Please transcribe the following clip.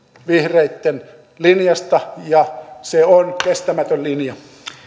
vihreitten linjasta ja se on kestämätön linja